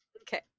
Okay